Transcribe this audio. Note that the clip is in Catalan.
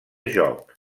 joc